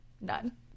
None